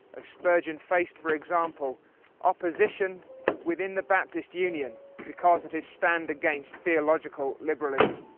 as spurgeon faced for example opposition within the baptist union because of his stand against theological liberalism.